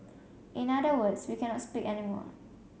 in other words we cannot speak any more